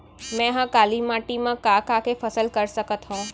मै ह काली माटी मा का का के फसल कर सकत हव?